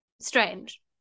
Strange